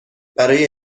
برای